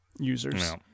Users